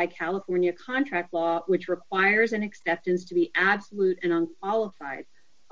by california contract law which requires an acceptance to be absolute and on